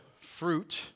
fruit